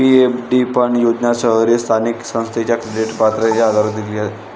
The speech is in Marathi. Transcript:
पी.एफ.डी फंड योजना शहरी स्थानिक संस्थेच्या क्रेडिट पात्रतेच्या आधारावर दिली जाते